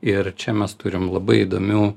ir čia mes turim labai įdomių